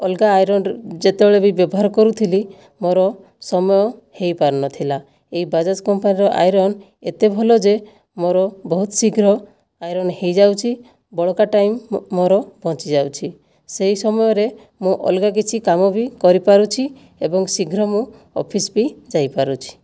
ଅଲଗା ଆଇରନ ଯେତେବେଳେ ବି ବ୍ୟବହାର କରୁଥିଲି ମୋ'ର ସମୟ ହୋଇ ପାରୁନଥିଲା ଏଇ ବାଜାଜ କମ୍ପାନୀର ଆଇରନ ଏତେ ଭଲ ଯେ ମୋର ବହୁତ ଶୀଘ୍ର ଆଇରନ ହୋଇ ଯାଉଛି ବଳକା ଟାଇମ ମୋ'ର ବଞ୍ଚି ଯାଉଛି ସେଇ ସମୟରେ ମୁଁ ଅଲଗା କିଛି କାମ ବି କରି ପାରୁଛି ଏବଂ ଶୀଘ୍ର ମୁଁ ଅଫିସ ବି ଯାଇ ପାରୁଛି